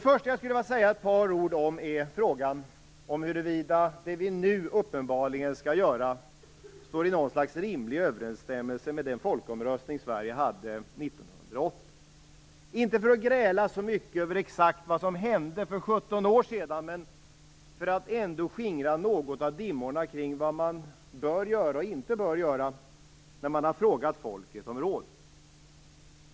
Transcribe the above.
Först vill jag säga ett par ord om frågan om huruvida det vi nu uppenbarligen skall göra står i rimlig överensstämmelse med den folkomröstning som Sverige hade 1980 - inte för att gräla så mycket över exakt vad som hände för 17 år sedan, utan för att något skingra dimmorna kring vad man bör göra och inte bör göra när man har frågat folket om råd.